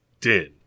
Din